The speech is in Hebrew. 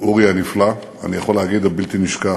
אורי הנפלא, אני יכול להגיד הבלתי-נשכח.